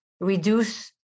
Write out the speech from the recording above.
reduce